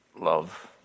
love